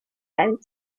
einen